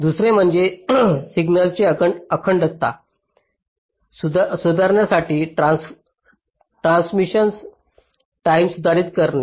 दुसरे म्हणजे सिग्नलची अखंडता सुधारण्यासाठी ट्रान्सिशन्स टाईम सुधारित करणे